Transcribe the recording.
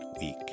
week